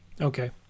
Okay